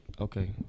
Okay